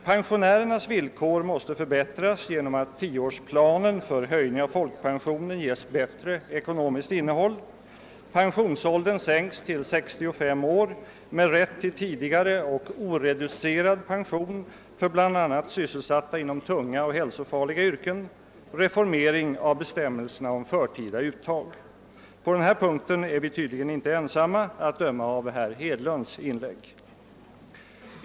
Pensionärernas villkor måste förbättras genom att 10-årsplanen för höjning av folkpensionen ges bättre ekonomiskt innehåll, genom att pensionsåldern sänks till 65 år med rätt till tidigare och oreducerad pension för bl.a. sysselsatta inom tunga och hälsofarliga yrken och genom reformering av bestämmelserna om förtida uttag. På den punkten är vi tydligen inte ensamma, att döma av herr Hedlunds inlägg.